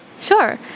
Sure